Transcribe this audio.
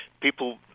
people